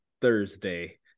Thursday